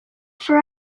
for